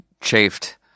chafed